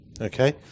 Okay